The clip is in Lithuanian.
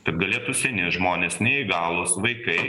kad galėtų seni žmonės neįgalūs vaikai